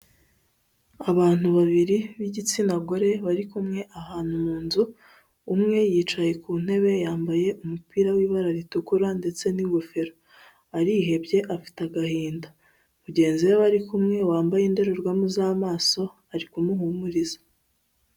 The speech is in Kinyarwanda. Abantu babiri b'igitsina gor, bari kumwe ahantu mu nzu, umwe yicaye ku ntebe yambaye umupira w'ibara ritukura ndetse n'ingofero, arihebye afite agahinda, mugenzi we bari kumwe wambaye indorerwamo z'amaso ari kumuhumuriza.